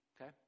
okay